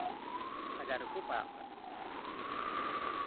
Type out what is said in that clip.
ᱟᱡᱟᱨ ᱨᱮᱠᱚ ᱯᱟᱲᱟᱜ ᱠᱟᱱᱟ